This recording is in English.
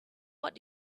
what